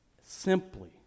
simply